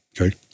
okay